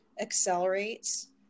accelerates